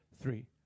three